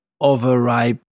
overripe